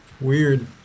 Weird